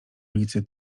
ulicy